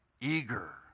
eager